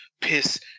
piss